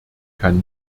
kann